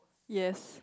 yes